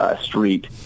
Street